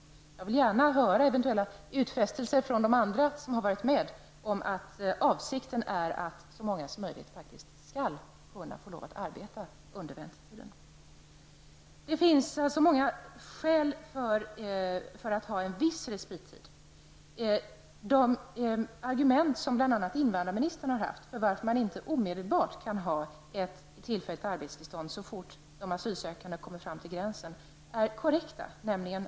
Jag vill gärna få utfästelser från andra som har arbetat med denna fråga om att avsikten är att så många asylsökande som möjligt skall få arbeta under den tid då de väntar på uppehållstillstånd. Det finns alltså många skäl för att tillämpa en viss respittid. Invandrarministerns argument mot att asylsökande inte skall få tillfälligt arbetstillstånd så fort de kommer till vår gräns är korrekta.